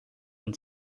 and